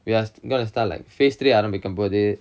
we're going to start phase three ஆரம்பிக்கும் போது:aarambikkum pothu